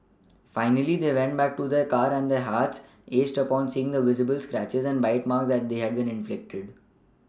finally they went back to their car and their hearts ached upon seeing the visible scratches and bite marks that they had been inflicted